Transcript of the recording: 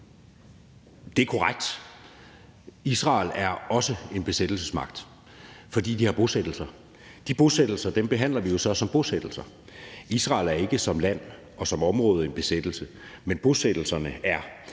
Det er korrekt, at Israel også er en besættelsesmagt, fordi de har bosættelser. De bosættelser behandler vi jo så som bosættelser. Israel er ikke som land og som område en besættelse, men bosættelserne er.